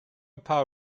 paar